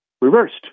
reversed